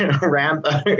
Rambo